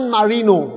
Marino